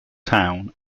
town